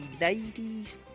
Ladies